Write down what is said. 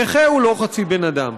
נכה הוא לא חצי בן-אדם.